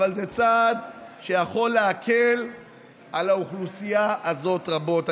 אבל זה צעד שיכול להקל על האוכלוסייה הזאת רבות.